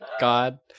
God